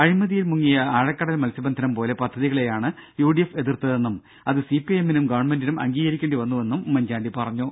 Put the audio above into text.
അഴിമതിയിൽ മുങ്ങിയ ആഴക്കടൽ മത്സ്യബന്ധനം പോലെ പദ്ധതികളെയാണ് യു ഡി എഫ് എതിർത്തതെന്നും അത് സി പി ഐ എമ്മിനും ഗവൺമെന്റിനും അംഗീകരിക്കേണ്ടി വന്നുവെന്നും ഉമ്മൻചാണ്ടി പറഞ്ഞു